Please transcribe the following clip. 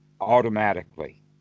automatically